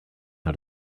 how